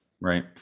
right